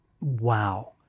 Wow